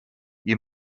you